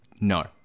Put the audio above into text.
No